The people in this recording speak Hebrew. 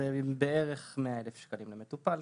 זה בערך 100,000 שקלים למטופל.